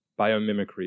biomimicry